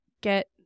get